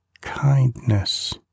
kindness